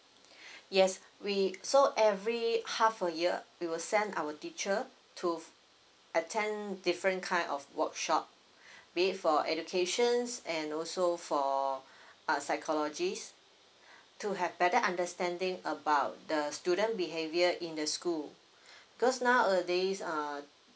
yes we so every half a year we will send our teacher to attend different kind of workshop be it for education and also for uh psychologies to have better understanding about the student behavior in the school cause nowadays uh